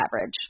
average